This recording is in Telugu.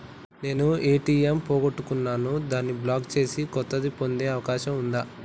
నేను ఏ.టి.ఎం పోగొట్టుకున్నాను దాన్ని బ్లాక్ చేసి కొత్తది పొందే అవకాశం ఉందా?